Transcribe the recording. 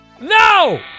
No